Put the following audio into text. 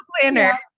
planner